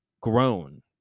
grown